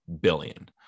billion